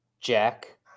Jack